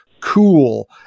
cool